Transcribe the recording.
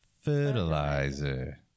fertilizer